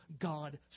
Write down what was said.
God